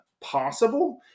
possible